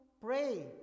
pray